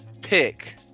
pick